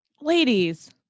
Ladies